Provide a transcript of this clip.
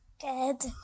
Good